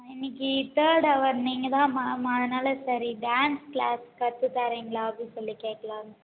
இன்றைக்கு தேர்ட் அவர் நீங்கள் தான் மேம் அதனாலே சரி டான்ஸ் க்ளாஸ் கற்று தரீங்களா அப்படி சொல்லி கேட்கலான்னு